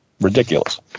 Ridiculous